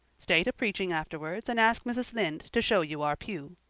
stay to preaching afterwards and ask mrs. lynde to show you our pew.